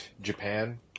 Japan